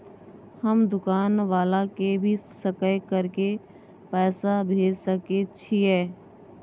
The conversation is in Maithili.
हम दुकान वाला के भी सकय कर के पैसा भेज सके छीयै?